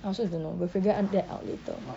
I also don't know we'll figure out that out later